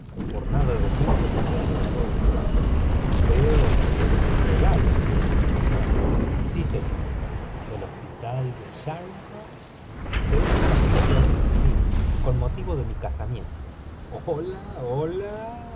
por nada del mundo perdería yo este bastón veo que es un regalo dijo holmes sí señor bel hospital de charing cross be unos amigos de allí con motivo de mi casamiento hola